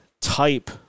type